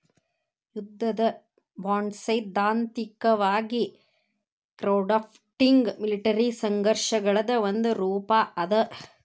ಯುದ್ಧದ ಬಾಂಡ್ಸೈದ್ಧಾಂತಿಕವಾಗಿ crowdfunding military ಸಂಘರ್ಷಗಳದ್ ಒಂದ ರೂಪಾ ಅದ